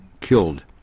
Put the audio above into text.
killed